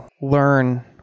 learn